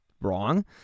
wrong